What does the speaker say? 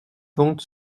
vente